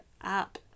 up